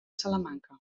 salamanca